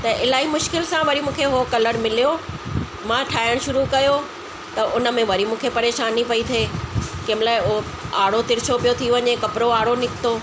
त इलाही मुश्किल सां वरी मूंखे उहो कलर मिलियो मां ठाहिण शुरू कयो त उन में वरी मूंखे परेशानी पई थिए केमहिल उहो आड़ो तिरिछो पियो थी वञे कपिड़ो आड़ो निकितो